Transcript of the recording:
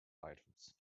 items